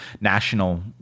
national